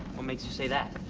what makes you say that?